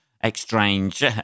exchange